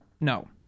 no